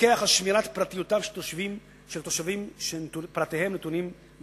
שיפקח על שמירת פרטיותם של תושבים שפרטיהם נתונים במאגר.